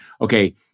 okay